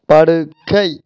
படுக்கை